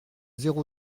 zéro